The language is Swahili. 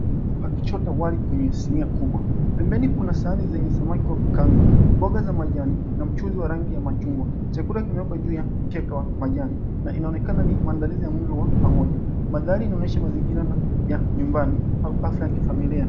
Mtu akichota wali kwenye sinia kubwa. Pembeni kuna sahani zenye samaki wa kukaanga, mboga za majani na mchuzi wa rangi ya machungwa. Chakula kimewekwa juu ya mkeka wa majani na inaonekana ni maandalizi ya mlo wa pamoja. Mandhari inaonyesha mazingira ya nyumbani au hafla ya kifamilia.